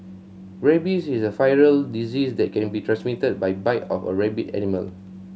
rabies is a viral disease that can be transmitted by the bite of a rabid animal